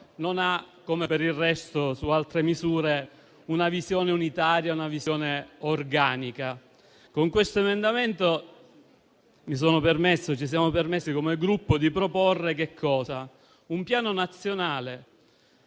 non ha, come per il resto su altre misure, una visione unitaria né organica. Con questo emendamento ci siamo permessi, come Gruppo, di proporre un Piano nazionale